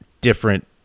different